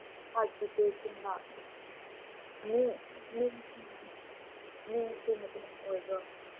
ꯍꯥꯔꯠꯀꯤ ꯄꯦꯁꯦꯟꯂꯥ ꯑꯣꯏꯕ꯭ꯔꯣ